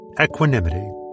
Equanimity